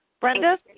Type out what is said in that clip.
Brenda